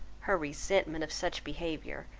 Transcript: her resentment of such behaviour,